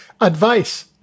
Advice